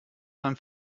beim